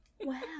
Wow